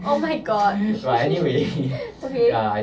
oh my god okay